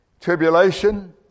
tribulation